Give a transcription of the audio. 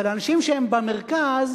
אבל אנשים שהם במרכז,